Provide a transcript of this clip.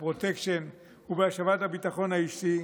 בפרוטקשן ובהשבת הביטחון האישי,